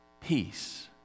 peace